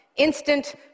instant